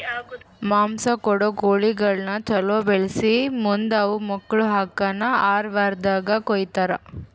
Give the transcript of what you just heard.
ಮಾಂಸ ಕೊಡೋ ಕೋಳಿಗಳನ್ನ ಛಲೋ ಬೆಳಿಸಿ ಮುಂದ್ ಅವು ಮಕ್ಕುಳ ಹಾಕನ್ ಆರ ವಾರ್ದಾಗ ಕೊಯ್ತಾರ